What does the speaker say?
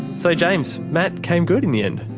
so james, matt came good in the end.